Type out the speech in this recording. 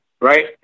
Right